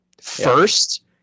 first